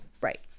Right